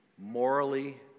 morally